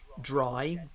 dry